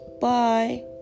bye